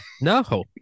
No